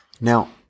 now